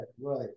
Right